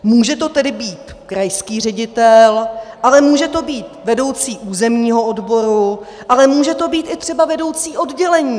Může to tedy být krajský ředitel, ale může to být vedoucí územního odboru, ale může to být i třeba vedoucí oddělení.